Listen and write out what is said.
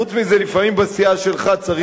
חוץ מזה, לפעמים בסיעה שלך צריך יותר מפעם אחת.